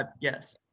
Yes